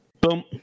Boom